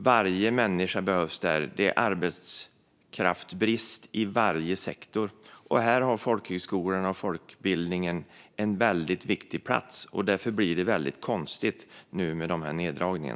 Varje människa behövs där - det är arbetskraftsbrist inom varje sektor. Här har folkhögskolorna och folkbildningen en viktig plats, och därför blir det väldigt konstigt med dessa neddragningar.